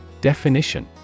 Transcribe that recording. definition